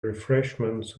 refreshments